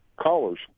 Callers